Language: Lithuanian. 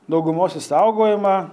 daugumos išsaugojimą